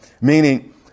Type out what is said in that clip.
meaning